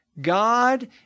God